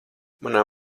manā